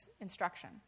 instruction